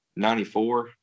94